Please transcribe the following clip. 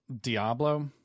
Diablo